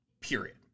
period